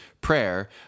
prayer